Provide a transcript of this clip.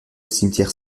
cimetière